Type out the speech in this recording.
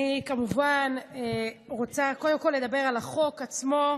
קודם כול אני רוצה לדבר על החוק עצמו,